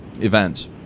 events